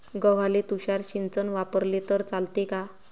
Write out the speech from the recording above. गव्हाले तुषार सिंचन वापरले तर चालते का?